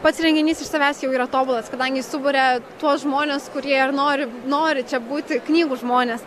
pats renginys iš savęs jau yra tobulas kadangi suburia tuos žmones kurie ir nori nori čia būti knygų žmonės